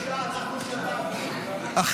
הכנסת ואטורי, אתה בקריאה שנייה, די.